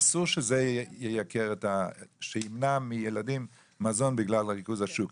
אסור שזה ימנע מילדים מזון בגלל ריכוז השוק.